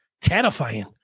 terrifying